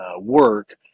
work